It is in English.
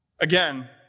Again